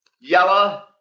yellow